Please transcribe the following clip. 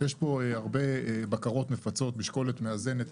יש פה הרבה בקרות מפצות, משקולת מאזנת,